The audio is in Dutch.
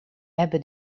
hebben